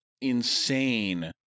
insane